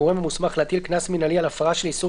הגורם המוסמך להטיל קנס מינהלי על הפרה של איסור